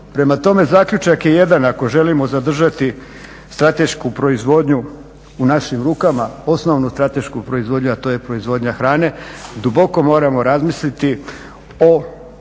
Prema tome, zaključak je jedan. Ako želimo zadržati stratešku proizvodnju u našim rukama, osnovnu stratešku proizvodnju, a to je proizvodnja hrane duboko moramo razmisliti o